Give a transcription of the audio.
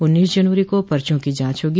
उन्नीस जनवरी को पर्चो की जांच होगी